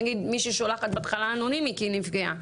נגיד מישהי שולחת בהתחלה אנונימי כי היא נפגעה.